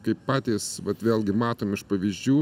kaip patys vat vėlgi matom iš pavyzdžių